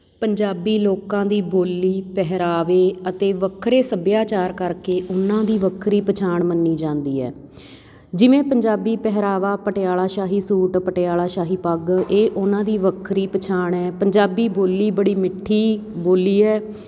ਪੰਜਾਬੀ ਲੋਕਾਂ ਦੀ ਬੋਲੀ ਪਹਿਰਾਵੇ ਅਤੇ ਵੱਖਰੇ ਸੱਭਿਆਚਾਰ ਕਰਕੇ ਉਹਨਾਂ ਦੀ ਪਹਿਛਾਣ ਮੰਨੀ ਜਾਂਦੀ ਹੈ ਜਿਵੇਂ ਪੰਜਾਬੀ ਪਹਿਰਾਵਾ ਪਟਿਆਲਾ ਸ਼ਾਹੀ ਸੂਟ ਪਟਿਆਲਾ ਸ਼ਾਹੀ ਪੱਗ ਇਹ ਉਹਨਾਂ ਦੀ ਵੱਖਰੀ ਪਛਾਣ ਹੈ ਪੰਜਾਬੀ ਬੋਲੀ ਬੜੀ ਮਿੱਠੀ ਬੋਲੀ ਹੈ